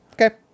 Okay